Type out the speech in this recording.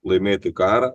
laimėti karą